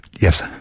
yes